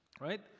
right